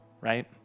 right